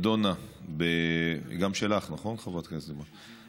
נדונה, גם שלך, נכון, חברת הכנסת גרמן?